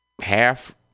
half